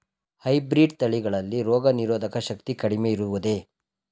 Hybrid ತಳಿಗಳಲ್ಲಿ ರೋಗನಿರೋಧಕ ಶಕ್ತಿ ಕಡಿಮೆ ಇರುವುದೇ?